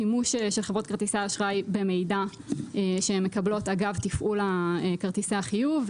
שימוש של חברות כרטיסי אשראי במידע שהן מקבלות אגב תפעול כרטיסי החיוב,